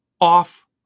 off